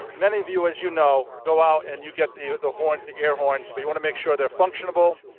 many of you as you know, go out and you get the the horns, the air horns, but you want to make sure they're functional,